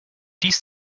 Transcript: dies